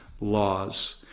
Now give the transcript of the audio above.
laws